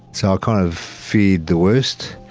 so kind of feared the worst,